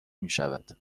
میشود